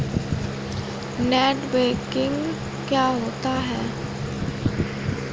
Net banking क्या होता है?